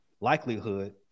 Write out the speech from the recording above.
likelihood